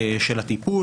של הטיפול,